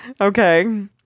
Okay